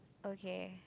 okay